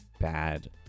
bad